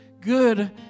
good